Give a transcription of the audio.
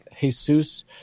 Jesus